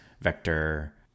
vector